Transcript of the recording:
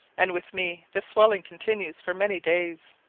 and with me the swelling continues for many days.